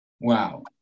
Wow